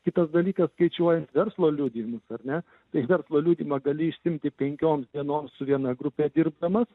kitas dalykas skaičiuojant verslo liudijimus ar ne tai verslo liudijimą gali išsiimti penkioms dienoms su viena grupe dirbdamas